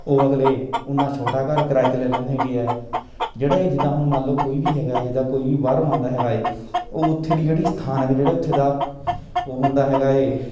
ਉਹ ਅਗਲੇ ਉਨਾ ਛੋਟਾ ਘਰ ਕਿਰਾਏ 'ਤੇ ਲੈ ਲੈਂਦੇ ਹੈਗੇ ਹੈ ਜਿਹੜੇ ਜਿੱਦਾਂ ਹੁਣ ਮੰਨ ਲਓ ਕੋਈ ਵੀ ਹੈਗਾ ਜਿੱਦਾਂ ਕੋਈ ਵੀ ਬਾਹਰੋਂ ਆਉਂਦਾ ਹੈਗਾ ਹੈ ਉਹ ਉੱਥੇ ਦੀ ਜਿਹੜੀ ਸਥਾਨਕ ਜਿਹੜਾ ਉੱਥੇ ਦਾ ਉਹ ਹੁੰਦਾ ਹੈਗਾ ਹੈ